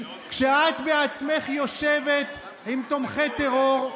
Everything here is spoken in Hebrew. כשאת בעצמך יושבת עם תומכי טרור,